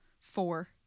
four